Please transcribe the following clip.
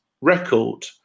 record